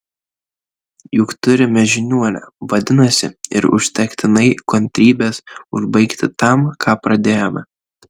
juk turime žiniuonę vadinasi ir užtektinai kantrybės užbaigti tam ką pradėjome